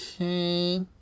Okay